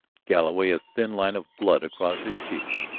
galloway, a thin line of blood across his cheek,